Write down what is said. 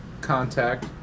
contact